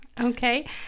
Okay